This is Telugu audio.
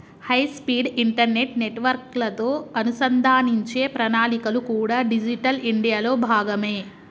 హైస్పీడ్ ఇంటర్నెట్ నెట్వర్క్లతో అనుసంధానించే ప్రణాళికలు కూడా డిజిటల్ ఇండియాలో భాగమే